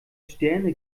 sterne